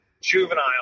juvenile